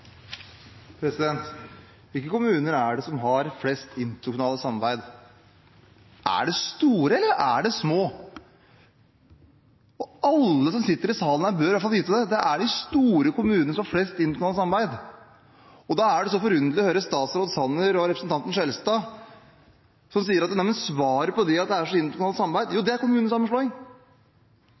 det de store, eller er det de små? Alle de som sitter i salen her, bør iallfall vite det: Det er de store kommunene som har flest interkommunale samarbeid. Da er det forunderlig å høre statsråd Sanner og representanten Skjelstad si at svaret på at det er interkommunalt samarbeid, er kommunesammenslåing – når vi vet at i dag er det sånn at de store kommunene har flere enn de små. Dette er